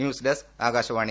news desk Akashvani